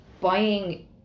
buying